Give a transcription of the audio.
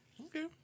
Okay